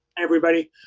everybody!